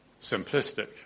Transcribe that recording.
simplistic